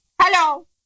Hello